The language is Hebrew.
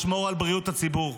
לשמור על בריאות הציבור,